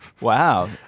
Wow